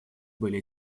были